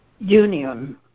union